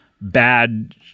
bad